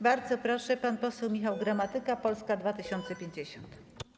Bardzo proszę, pan poseł Michał Gramatyka, Polska 2050.